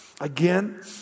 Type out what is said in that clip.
again